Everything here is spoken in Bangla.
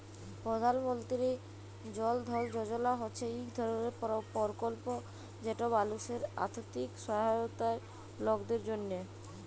পধাল মলতিরি জল ধল যজলা হছে ইক ধরলের পরকল্প যেট মালুসের আথ্থিক সহায়তার লকদের জ্যনহে